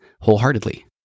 wholeheartedly